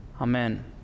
amen